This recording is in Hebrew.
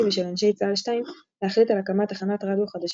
ושל אנשי צה"ל 2 להחליט על הקמת תחנת רדיו חדשה,